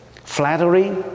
Flattery